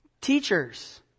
teachers